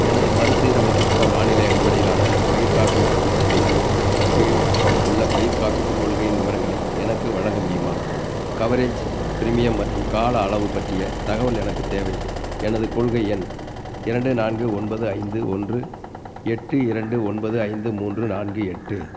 எனது மறுசீரமைக்கப்பட்ட வானிலை அடிப்படையிலான பயிர் காப்பீட்டு திட்டத்தின் கீழ் உள்ள பயிர்க் காப்பீட்டுக் கொள்கையின் விவரங்களை எனக்கு வழங்க முடியுமா கவரேஜ் பிரீமியம் மற்றும் கால அளவு பற்றிய தகவல் எனக்குத் தேவை எனது கொள்கை எண் இரண்டு நான்கு ஒன்பது ஐந்து ஒன்று எட்டு இரண்டு ஒன்பது ஐந்து மூன்று நான்கு எட்டு